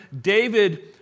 David